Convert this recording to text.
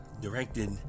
directed